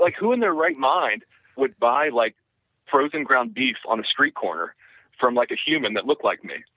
like who in their right mind would buy like frozen ground beef on the street corner from like a human that look like me?